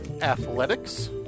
athletics